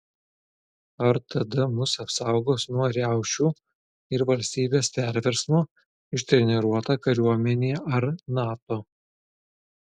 ar tada mus apsaugos nuo riaušių ir valstybės perversmo ištreniruota kariuomenė ar nato